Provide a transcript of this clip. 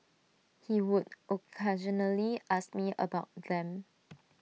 he would occasionally ask me about them